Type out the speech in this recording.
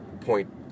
point